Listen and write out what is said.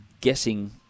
guessing